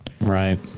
Right